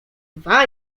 dwa